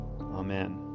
amen